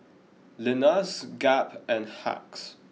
Lenas Gap and Hacks